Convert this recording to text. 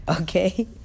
Okay